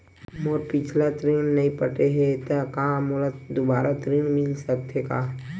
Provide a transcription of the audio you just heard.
मोर पिछला ऋण नइ पटे हे त का मोला दुबारा ऋण मिल सकथे का?